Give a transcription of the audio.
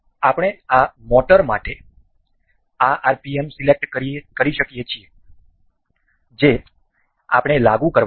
આપણે આ મોટર માટે આ rpm સિલેક્ટ કરી શકીએ છીએ જે આપણે લાગુ કરવા છે